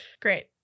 Great